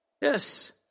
Yes